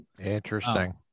Interesting